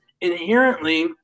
inherently